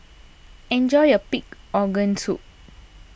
enjoy your Pig's Organ Soup